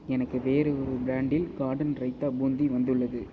எனக்கு வேறு ஒரு பிராண்டில் கார்டன் ராய்த்தா பூந்தி வந்துள்ளது